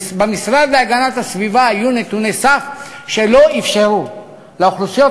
במשרד להגנת הסביבה היו נתוני סף שלא אפשרו לאוכלוסיות